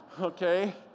Okay